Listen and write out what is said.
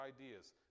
ideas